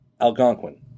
Algonquin